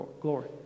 glory